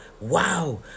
Wow